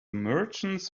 merchants